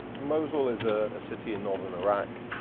mosul is a city in northern iraq.